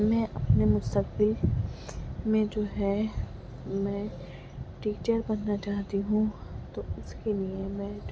میں اپنے مستقبل میں جو ہے میں ٹیچر بننا چاہتی ہوں تو اس کے لیے میڈ